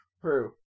True